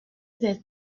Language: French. des